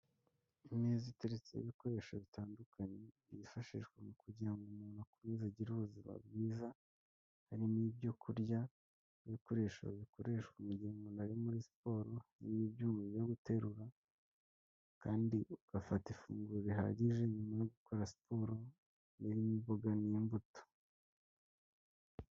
Imeza iteretseho ibikoresho bitandukanye byifashishwa mu kugira ngo umuntu akomeze agire ubuzima bwiza, harimo ibyo kurya n'ibikoresho bikoreshwa mu gihe umuntu ari muri siporo n'ibyuma byo guterura kandi ugafata ifunguro rihagije nyuma yo gukora siporo, harimo imboga n'imbuto.